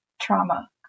trauma